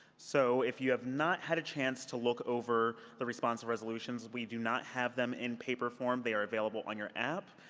so if you have not had a chance to look over the responsive resolutions, we do not have them in paper form. they are available on your app.